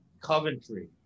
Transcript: Coventry